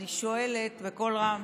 אני שואלת בקול רם